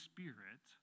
Spirit